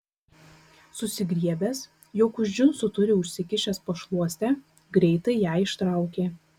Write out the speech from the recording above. susigriebęs jog už džinsų turi užsikišęs pašluostę greitai ją ištraukė